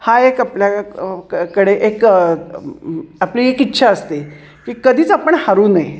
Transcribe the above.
हा एक आपल्या कडे एक आपली एक इच्छा असते की कधीच आपण हारू नये